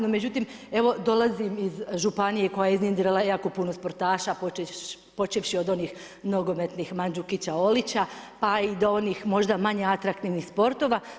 No međutim, evo dolazim iz županije koja je iznjedrila jako puno sportaša počevši od onih nogometnih Manđukića, Olića, pa i do onih možda manje atraktivnih sportova.